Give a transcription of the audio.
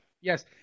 Yes